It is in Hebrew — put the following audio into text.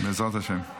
בעזרת השם.